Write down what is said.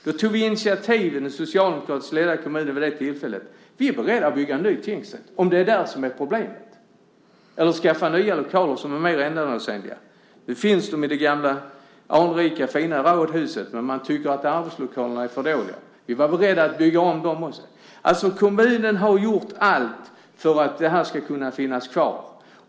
Då tog vi i den socialdemokratiska ledningen vid det tillfället ett initiativ och sade att vi var beredda bygga en ny tingsrätt, om det är det som är problemet, eller skaffa nya lokaler som är mer ändamålsenliga. Nu finns de i det gamla anrika och fina rådhuset. Men man tycker att arbetslokalerna är för dåliga. Vi var beredda att bygga om dem också. Kommunen har alltså gjort allt för att tingsrätten ska kunna finnas kvar.